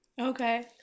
Okay